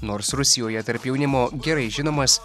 nors rusijoje tarp jaunimo gerai žinomas